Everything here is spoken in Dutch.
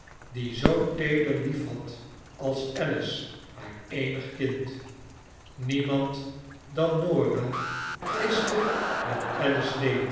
die zoo teeder lief had als alice haar eenig kind niemand dan norah giste wat